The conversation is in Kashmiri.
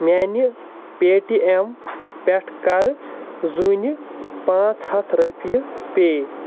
میٛانہِ پے ٹی اٮ۪م پٮ۪ٹھ کَرٕ زوٗنہِ پانٛژھ ہَتھ رۄپیہِ پے